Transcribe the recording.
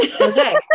Okay